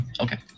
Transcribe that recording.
Okay